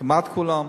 כמעט כולם,